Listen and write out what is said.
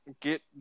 get